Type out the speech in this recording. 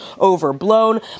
overblown